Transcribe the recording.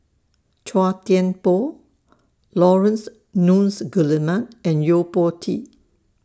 Chua Thian Poh Laurence Nunns Guillemard and Yo Po Tee